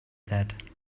that